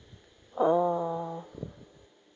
oh